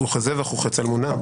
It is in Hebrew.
וכזבח וכצלמונע,